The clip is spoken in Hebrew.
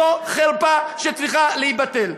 זו חרפה שצריכה להתבטל.